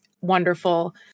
wonderful